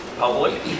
Public